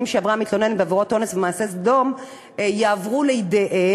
שעברה המתלוננת על עבירות אונס ומעשה סדום יעבור לידיהם.